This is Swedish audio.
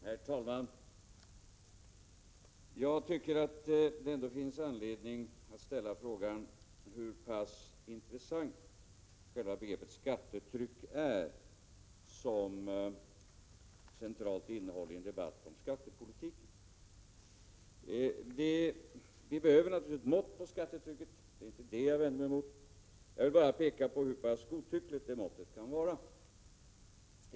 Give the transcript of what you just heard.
Herr talman! Jag tycker att det ändå finns anledning att ställa frågan hur pass intressant själva begreppet skattetryck är som centralt innehåll i en debatt om skattepolitiken. Vi behöver naturligtvis mått på skattetrycket — det är inte det jag vänder mig mot. Jag vill bara peka på hur pass godtyckligt det måttet kan vara.